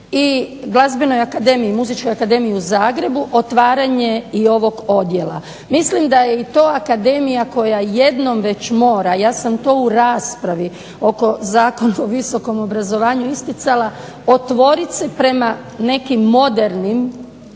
i glazbenoj akademiji, Muzičkoj akademiji u Zagrebu otvaranje i ovog odjela. Mislim da je i to akademija koja jednom već mora, ja sam to u raspravi oko Zakona o visokom obrazovanju isticala, otvorit se prema nekim modernim